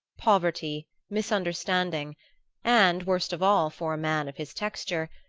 poverty, misunderstanding and, worst of all for a man of his texture,